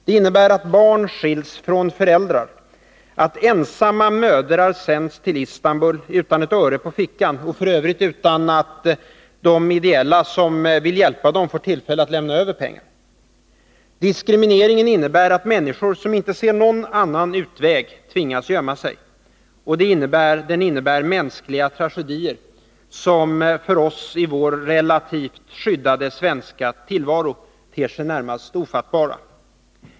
Det innebär att barn skiljs från föräldrar, att ensamma mödrar sänds till Istanbul utan ett öre på fickan — och f. ö. utan att de ideella organisationer som vill hjälpa dem får tillfälle att lämna över pengar. Diskrimineringen innebär att människor, som inte ser någon annan utväg, tvingas gömma sig. Den innebär mänskliga tragedier, som för oss i vår relativt skyddade svenska tillvaro ter sig närmast ofattbara.